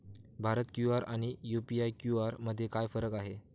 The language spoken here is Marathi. भारत क्यू.आर आणि यू.पी.आय क्यू.आर मध्ये काय फरक आहे?